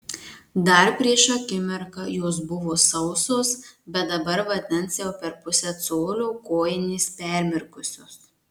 dar prieš akimirką jos buvo sausos bet dabar vandens jau per pusę colio kojinės permirkusios